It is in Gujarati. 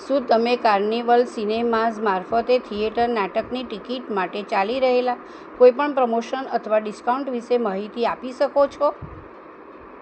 શું તમે કાર્નિવલ સિનેમાઝ મારફતે થિયેટર નાટકની ટીકિટ માટે ચાલી રહેલા કોઈપણ પ્રમોશન અથવા ડિસ્કાઉન્ટ વિશે માહિતી આપી શકો છો